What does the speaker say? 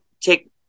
take